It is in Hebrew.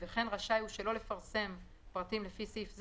וכן רשאי הוא שלא לפרסם פרטים לפי סעיף זה,